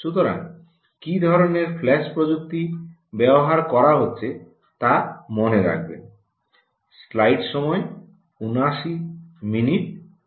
সুতরাং কী ধরণের ফ্ল্যাশ প্রযুক্তি ব্যবহার করা হচ্ছে তা মনে রাখবেন